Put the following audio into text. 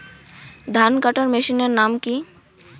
ধান কাটার মেশিনের নাম কি?